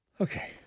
Okay